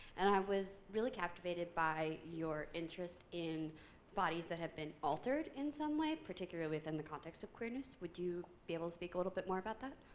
and i was really captivated by your interest in bodies that had been altered in some way, particularly within the context of queerness. would you be able to speak a little bit more about that?